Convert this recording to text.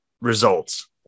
results